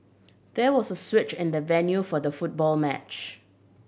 there was a switch in the venue for the football match